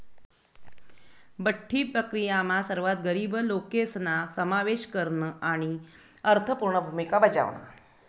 बठ्ठी प्रक्रीयामा सर्वात गरीब लोकेसना समावेश करन आणि अर्थपूर्ण भूमिका बजावण